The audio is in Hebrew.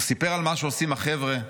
הוא סיפר על מה שעושים החבר'ה,